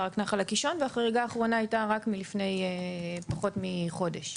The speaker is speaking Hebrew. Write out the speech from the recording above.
פארק נחל הקישון והחריגה האחרונה הייתה רק מלפני פחות מחודש.